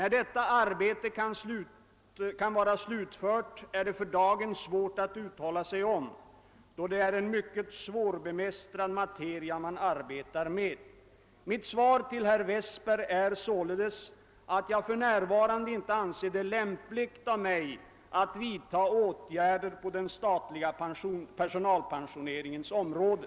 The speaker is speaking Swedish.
När detta arbete kan vara slutfört är det för dagen svårt att uttala sig om då det är en mycket svårbemästrad materia man arbetar med. Mitt svar till herr Westberg är således att jag för närvarande inte anser det lämpligt av mig att vidta åtgärder på den statliga personalpensioneringens område.